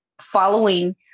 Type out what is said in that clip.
following